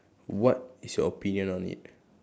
what is your opinion on it